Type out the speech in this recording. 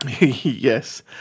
Yes